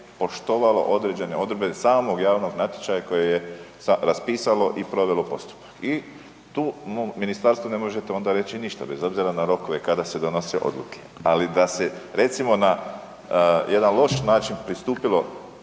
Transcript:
poštovalo određene odredbe samog javnog natječaja koje je raspisalo i provelo postupak. i tu ministarstvu ne možete onda reći ništa bez obzira na rokove kada se donose odluke ali da se recimo na jedan loš način pristupilo